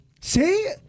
see